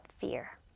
fear